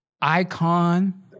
icon